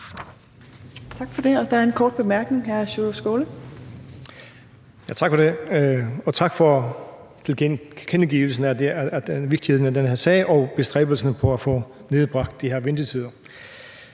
Tak for det. Der er en kort bemærkning. Hr. Sjúrður Skaale. Kl. 17:46 Sjúrður Skaale (JF): Tak for det, og tak for tilkendegivelsen af vigtigheden af den her sag og bestræbelserne på at få nedbragt de her ventetider.